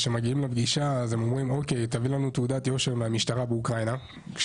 כשמגיעים לפגישה הם אומרים להביא תעודת יושר מהמשטרה באוקראינה.